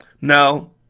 No